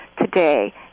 today